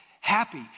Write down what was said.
happy